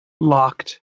locked